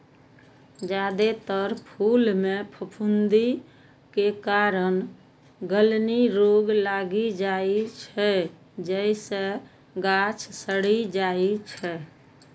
जादेतर फूल मे फफूंदी के कारण गलनी रोग लागि जाइ छै, जइसे गाछ सड़ि जाइ छै